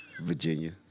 Virginia